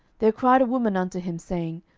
there cried a woman unto him, saying,